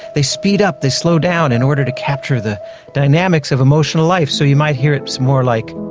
they speed up, they slow down in order to capture the dynamics of emotional life. so you might hear it more like,